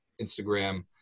Instagram